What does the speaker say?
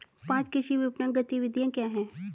पाँच कृषि विपणन गतिविधियाँ क्या हैं?